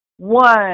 one